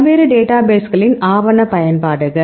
பல்வேறு டேட்டாபேஸ்களின் ஆவண பயன்பாடுகள்